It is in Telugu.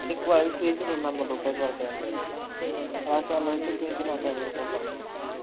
మీకు అవి కేజీ రెండు వందల రూపాయలు పడుతాయండి రసాలు అయితే కేజీ నూట యాభై రూపాయలు పడుతాయండి